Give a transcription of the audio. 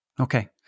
okay